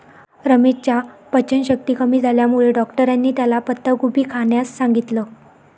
रमेशच्या पचनशक्ती कमी झाल्यामुळे डॉक्टरांनी त्याला पत्ताकोबी खाण्यास सांगितलं